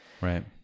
right